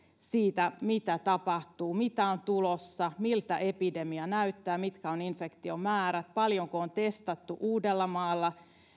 siitä mitä tapahtuu mitä on tulossa miltä epidemia näyttää mitkä ovat infektiomäärät paljonko on testattu uudellamaalla